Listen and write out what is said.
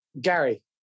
Gary